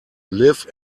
live